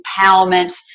empowerment